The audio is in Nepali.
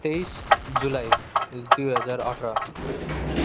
तेइस जुलाई दुई हजार अठार